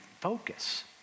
focus